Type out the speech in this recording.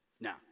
Now